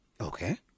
Okay